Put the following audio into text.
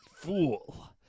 Fool